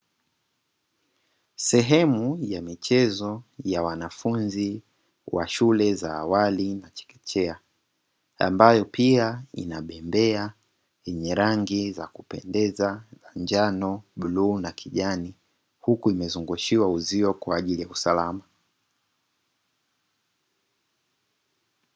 Sehemu ya michezo ya wanafunzi wa shule za awali na chekechea ambayo pia ina bembea yenye rangi za kupendeza ya njano, bluu na kijani huku imezungushiwa uzio kwaajili ya usalama.